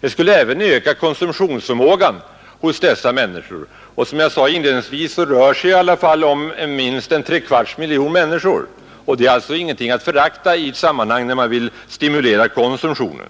Den skulle även öka konsumtionsförmågan hos dessa människor. Som.jag sade inledningsvis rör det sig i alla fall om tre kvarts miljon människor, och det är alltså ingenting att förakta i ett sammanhang där man vill stimulera konsumtionen.